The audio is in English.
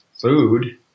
food